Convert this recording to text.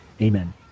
Amen